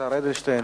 לשר אדלשטיין